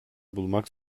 bulmak